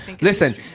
Listen